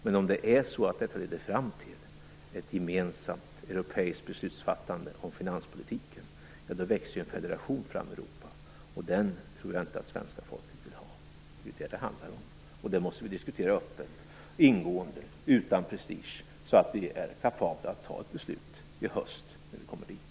Men om detta leder fram till ett gemensamt europeiskt beslutsfattande om finanspolitiken växer en federation fram i Europa, och den tror jag inte att svenska folket vill ha. Det är detta det handlar om. Det måste vi diskutera öppet och ingående utan prestige så att vi är kapabla att fatta ett beslut i höst när vi kommer dit.